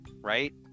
Right